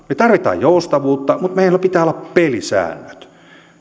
me tarvitsemme joustavuutta mutta meillä pitää olla pelisäännöt